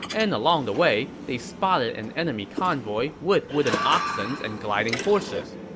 and along the way, they spotted an enemy convoy with wooden oxens and gliding horses.